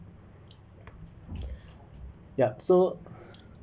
yup so